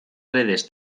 redes